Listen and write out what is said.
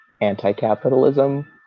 anti-capitalism